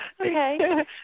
Okay